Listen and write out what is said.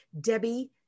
Debbie